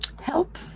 help